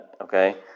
okay